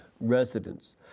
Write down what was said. residents